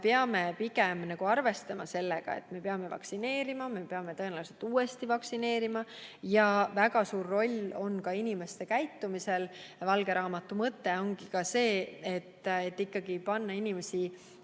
peame pigem arvestama sellega, et me peame vaktsineerima, me peame tõenäoliselt uuesti vaktsineerima ja väga suur roll on ka inimeste käitumisel. Valge raamatu mõte on ka see, et panna inimesi